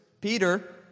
Peter